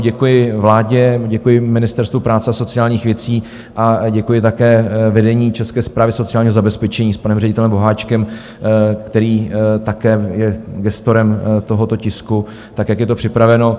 Děkuji vládě, děkuji Ministerstvu práce a sociálních věcí a děkuji také vedení České správy sociálního zabezpečení s panem ředitelem Boháčkem, který také je gestorem tohoto tisku, jak je to připraveno.